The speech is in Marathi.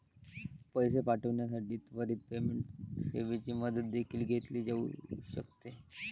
पैसे पाठविण्यासाठी त्वरित पेमेंट सेवेची मदत देखील घेतली जाऊ शकते